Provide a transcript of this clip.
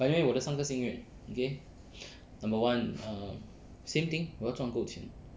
but anyway 我的三个心愿 okay number one um same thing 我要赚够钱